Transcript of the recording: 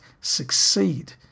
succeed